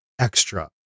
extra